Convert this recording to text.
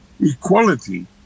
equality